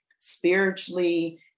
spiritually